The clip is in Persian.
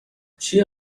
چیه